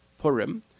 Purim